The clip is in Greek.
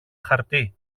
χαρτί